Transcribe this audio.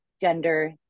gender